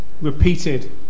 repeated